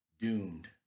Doomed